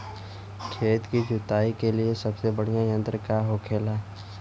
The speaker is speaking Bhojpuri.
खेत की जुताई के लिए सबसे बढ़ियां यंत्र का होखेला?